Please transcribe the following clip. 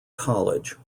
college